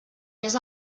més